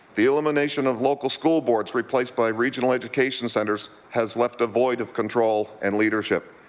the elimination of local school boards replaced by regional education centers has left a void of control and leadership.